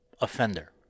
offender